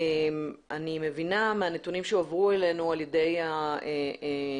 אני מבינה מהנתונים שהועברו אלינו על ידי השר